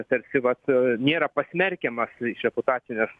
tarsi vat nėra pasmerkiamas iš reputacinės